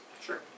Sure